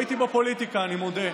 בפוליטיקה, אני מודה.